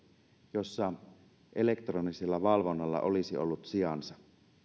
jossa elektronisella valvonnalla olisi ollut sijansa